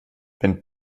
wenn